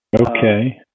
Okay